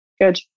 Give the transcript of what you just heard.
good